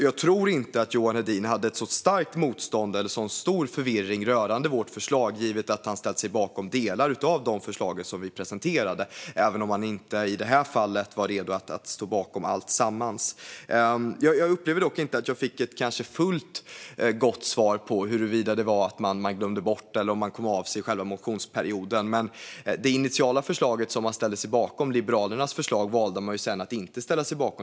Jag tror inte att Johan Hedins motstånd eller förvirring rörande vårt förslag var så stor givet att han har ställt sig bakom delar av det förslag vi presenterade - även om han inte i detta fall är redo att stå bakom alltihop. Jag upplever inte att jag fick ett fullgott svar på huruvida man glömde bort det eller kom av sig i själva motionsperioden, men det förslag från Liberalerna man initialt ställde sig bakom valde man sedan att inte ställa sig bakom.